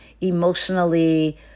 emotionally